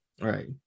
Right